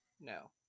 no